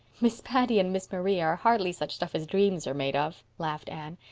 miss patty and miss maria are hardly such stuff as dreams are made of, laughed anne.